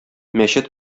мәчет